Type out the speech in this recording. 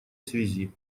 связи